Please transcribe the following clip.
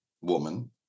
woman